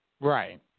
Right